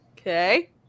Okay